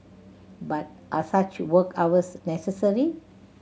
but are such work hours necessary